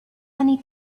many